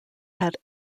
had